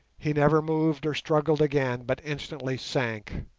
he never moved or struggled again, but instantly sank.